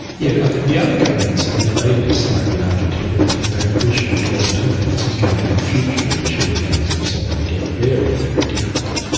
yeah ah the other governments i think mainly sided with argentina because they appreciate long-term, this is going to make future reschedulings of sovereign debt very, very difficult. you